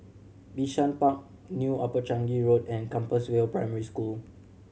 Bishan Park New Upper Changi Road and Compassvale Primary School